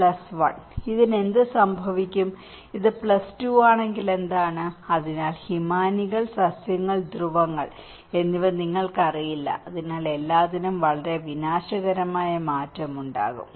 plus 1 ഇതിന് എന്ത് സംഭവിക്കും ഇത് പ്ലസ് 2 ആണെങ്കിൽ എന്താണ് അതിനാൽ ഹിമാനികൾ സസ്യങ്ങൾ ധ്രുവങ്ങൾ എന്നിവ നിങ്ങൾക്കറിയില്ല അതിനാൽ എല്ലാത്തിനും വളരെ വിനാശകരമായ മാറ്റമുണ്ടാകും